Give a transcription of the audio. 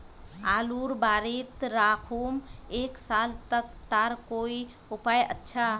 आलूर बारित राखुम एक साल तक तार कोई उपाय अच्छा?